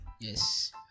yes